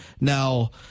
Now